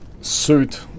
suit